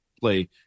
play